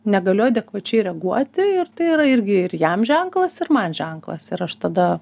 negaliu adekvačiai reaguoti ir tai yra irgi ir jam ženklas ir man ženklas ir aš tada